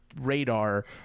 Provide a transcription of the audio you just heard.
radar